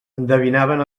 endevinaven